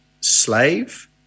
slave